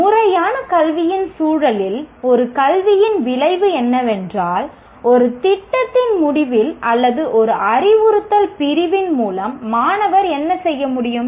முறையான கல்வியின் சூழலில் ஒரு கல்வியின் விளைவு என்னவென்றால் ஒரு திட்டத்தின் முடிவில் அல்லது ஒரு அறிவுறுத்தல் பிரிவின் மூலம் மாணவர் என்ன செய்ய முடியும்